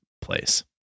place